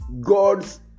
God's